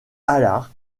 allard